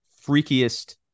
freakiest